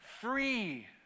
free